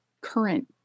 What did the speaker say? current